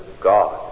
God